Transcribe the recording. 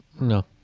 No